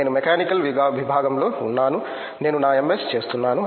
నేను మెకానికల్ విభాగంలో ఉన్నాను నేను నా MS చేస్తున్నాను